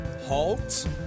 Halt